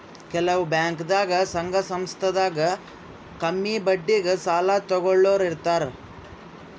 ಕೆಲವ್ ಬ್ಯಾಂಕ್ದಾಗ್ ಸಂಘ ಸಂಸ್ಥಾದಾಗ್ ಕಮ್ಮಿ ಬಡ್ಡಿಗ್ ಸಾಲ ತಗೋಳೋರ್ ಇರ್ತಾರ